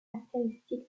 caractéristique